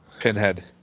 pinhead